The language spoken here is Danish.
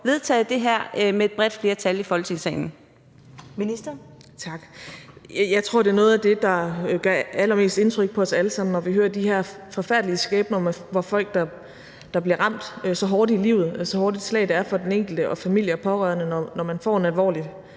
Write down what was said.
vedtaget det her med et bredt flertal i Folketingssalen?